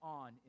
on